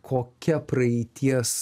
kokia praeities